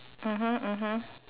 (uh huh) (uh huh)